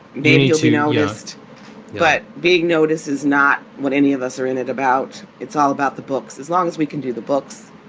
maybe to now just but being noticed is not what any of us are in it about. it's all about the books. as long as we can do the books,